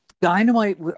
Dynamite